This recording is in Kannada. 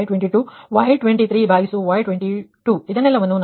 ಆಮೇಲೆ Y21Y22 ಗೆ ಕೋನ 23